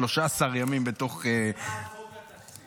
13 ימים בתוך --- עבירה על חוק התקציב.